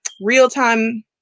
real-time